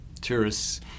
tourists